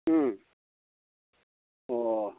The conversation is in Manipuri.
ꯎꯝ ꯑꯣ